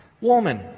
Woman